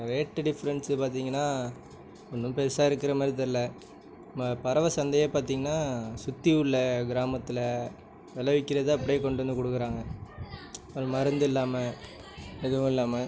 rate difference பார்த்திங்கனா ஒன்றும் பெருசாக இருக்கிறமாதிரி தெரியல பறவை சந்தையே பார்த்திங்கனா சுற்றி உள்ள கிராமத்தில் விளவிக்குறத அப்படியே கொண்டு வந்து கொடுக்குறாங்க அது மருந்து இல்லாமல் எதுவும் இல்லாமல்